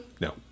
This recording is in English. No